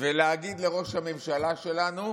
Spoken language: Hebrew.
ולהגיד לראש הממשלה שלנו: